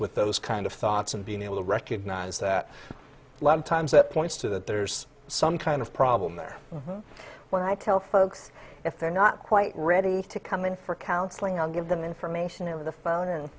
with those kind of thoughts and being able to recognize that a lot of times it points to that there's some kind of problem there when i tell folks if they're not quite ready to come in for counseling i'll give them information over the phone and